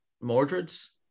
mordred's